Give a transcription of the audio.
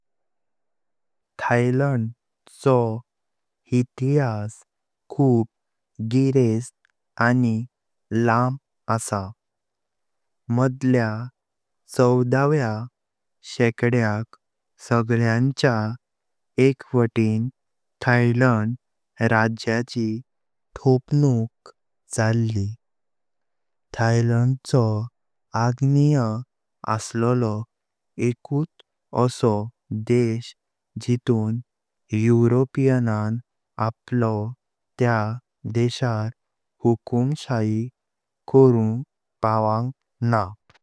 थाईलँड चो इतिहास खूप गिरेस्त आनी लंब आस। मध्याव्या चौदावे शेकड्याक सगळ्यांच एकवाटिन थाईलँड राज्याची थापणूक जाली। थाईलँड हो आग्नेय आसलोलो एकूच आसा देश जितून यूरोपियनान आपलो त्या देसर हुकूमशाही करुंक पावा़ंग नाय।